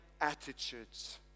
attitudes